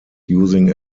using